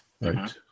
Right